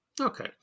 Okay